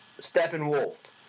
Steppenwolf